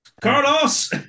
Carlos